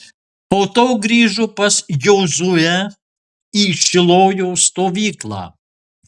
po to grįžo pas jozuę į šilojo stovyklą